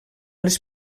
les